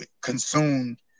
consumed